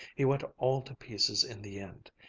he went all to pieces in the end.